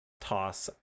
toss